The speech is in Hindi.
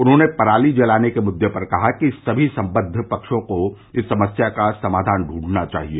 उन्होंने पराली जलाने के मुद्दे पर कहा कि सभी संबद्ध पक्षों को इस समस्या का समाधान दूंढना चाहिए